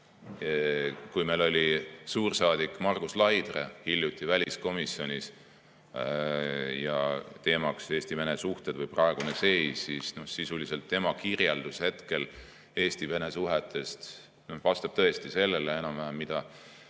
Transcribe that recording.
Kui meil oli suursaadik Margus Laidre hiljuti väliskomisjonis ja teemaks Eesti-Vene suhted või praegune seis, siis sisuliselt tema kirjeldus hetkel Eesti-Vene suhetest vastab tõesti enam-vähem